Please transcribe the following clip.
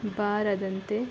ಬಾರದಂತೆ